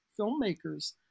filmmaker's